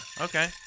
okay